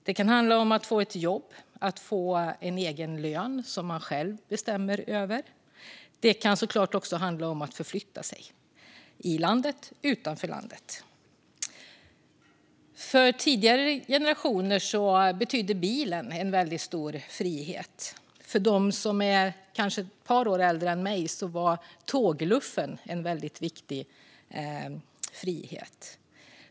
Det kan handla om att få ett jobb och att få en egen lön som man själv bestämmer över. Det kan såklart också handla om att förflytta sig i landet och utanför landet. För tidigare generationer betydde bilen en väldigt stor frihet. För dem som kanske är ett par år äldre än jag innebar tågluffen en väldigt viktig frihet.